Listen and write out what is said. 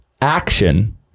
action